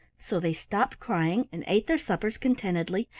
so they stopped crying and ate their suppers contentedly,